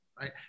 right